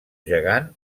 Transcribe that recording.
gegant